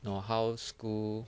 know how school